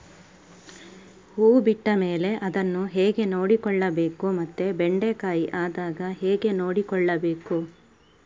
ಹೂ ಬಿಟ್ಟ ಮೇಲೆ ಅದನ್ನು ಹೇಗೆ ನೋಡಿಕೊಳ್ಳಬೇಕು ಮತ್ತೆ ಬೆಂಡೆ ಕಾಯಿ ಆದಾಗ ಹೇಗೆ ನೋಡಿಕೊಳ್ಳಬೇಕು?